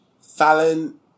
Fallon